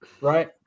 Right